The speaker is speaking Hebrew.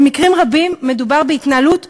במקרים רבים מדובר בהתנהלות פושעת,